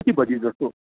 कति बजी जस्तो